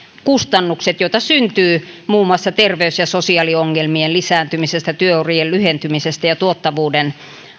kustannukset joita syntyy muun muassa terveys ja sosiaaliongelmien lisääntymisestä työurien lyhentymisestä ja tuottavuuden